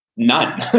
None